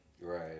right